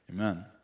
amen